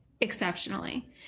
exceptionally